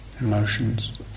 emotions